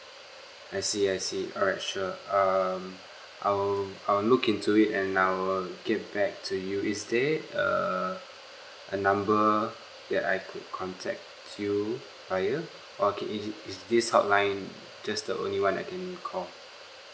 I see I see alright sure um I will I'll look into it and I will get back to you is there uh a number that I could contact you prior or is is this hotline just the only one I can call